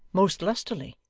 most lustily.